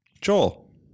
Joel